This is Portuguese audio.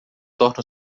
torna